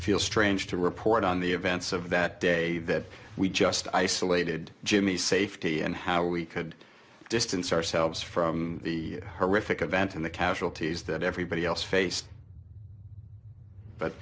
feel strange to report on the events of that day that we just isolated jimmy safety and how we could distance ourselves from the horrific event and the casualties that everybody else faced but